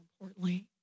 importantly